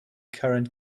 current